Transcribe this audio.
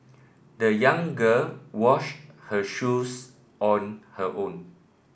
the young girl washed her shoes on her own